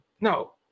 No